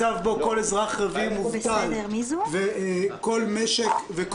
מצב שבו כל אזרח רביעי מובטל וכל עצמאי